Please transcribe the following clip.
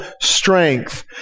strength